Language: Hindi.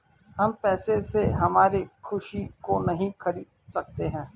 हम पैसे से हमारी खुशी को नहीं खरीदा सकते है